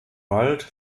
bald